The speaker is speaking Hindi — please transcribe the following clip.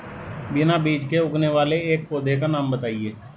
बिना बीज के उगने वाले एक पौधे का नाम बताइए